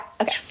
Okay